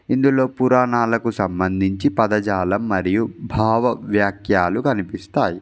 ఇందులో పురాణాలకు సంబంధించి పదజాలం మరియు భావవ్యాఖ్యాలు కనిపిస్తాయి